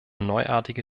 neuartige